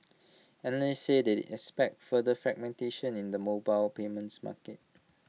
analysts said they expect further fragmentation in the mobile payments market